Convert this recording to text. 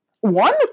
one